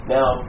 Now